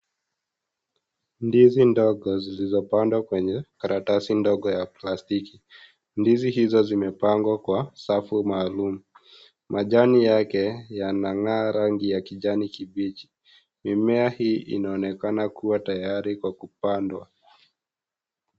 Ndizi ndogo zilizopandwa kwenye karatasi ndogo ya plastiki, ndizi hizo zimepangwa kwa safu maalum, majani yake yanang'aa rangi ya kijani kibichi, mimea hii inaonekana kuwa tayari kwa kupandwa.